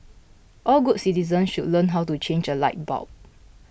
all good citizens should learn how to change a light bulb